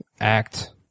act